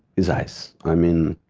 his eyes. i mean,